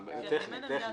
טכנית.